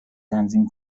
تنظیم